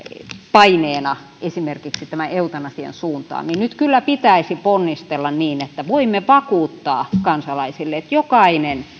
paineena esimerkiksi tämä eutanasian suuntaan niin nyt kyllä pitäisi ponnistella niin että voimme vakuuttaa kansalaisille että jokainen